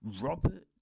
Robert